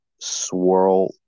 swirl